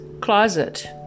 Closet